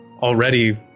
Already